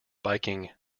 biking